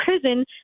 prison